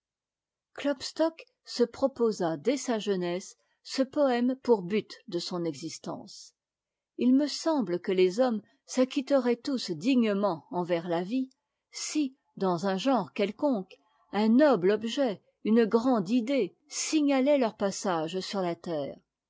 klopstock se proposa dès sa jeunesse ce poëme pour but de son existence il me semble que les hommes s'acqmtteraient tous dignement envers la vie si dans un genre quelconque un noble objet une grande idée signalaient leur passage sur la terre